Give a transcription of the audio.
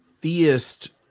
theist